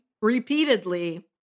Repeatedly